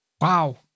Wow